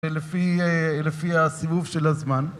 לפי הסיבוב של הזמן.